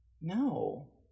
No